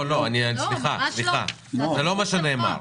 לא, זה לא מה שנאמר.